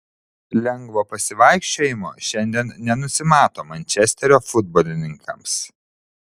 lengvo pasivaikščiojimo šiandien nenusimato mančesterio futbolininkams